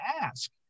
ask